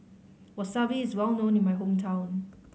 wasabi is well known in my hometown